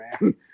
man